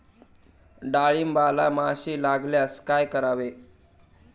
डाळींबाला माशी लागल्यास काय करावे?